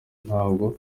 ntabwo